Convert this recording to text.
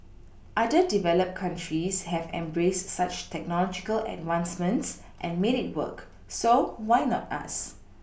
other developed countries have embraced such technological advancements and made it work so why not us